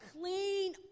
clean